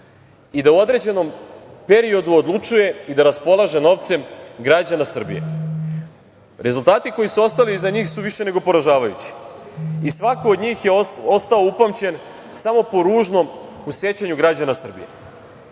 i da u određenom periodu odlučuje i da raspolaže novcem građana Srbije. Rezultati koji su ostali iza njih su više nego poražavajući. Svako od njih je ostao upamćen samo po ružnom sećanju građana Srbije.